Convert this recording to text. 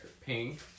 pink